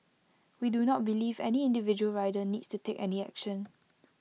we do not believe any individual rider needs to take any action